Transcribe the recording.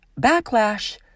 backlash